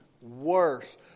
worse